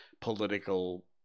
political